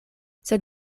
sed